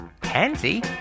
pansy